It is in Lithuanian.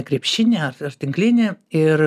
krepšinį ar ar tinklinį ir